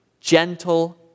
gentle